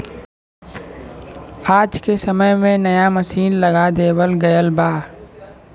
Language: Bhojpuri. आज के समय में नया मसीन लगा देवल गयल बा